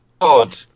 God